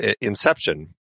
Inception